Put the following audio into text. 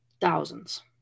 thousands